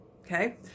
Okay